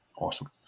awesome